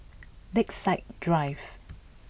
Lakeside Drive